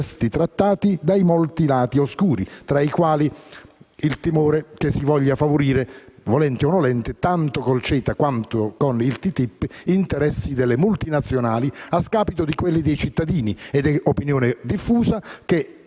questi trattati dai molti lati oscuri, tra i quali il timore che si voglia favorire, volenti o nolenti, tanto con il CETA, quanto con il TTIP, gli interessi delle multinazionali a scapito di quelli dei cittadini. È inoltre opinione diffusa che,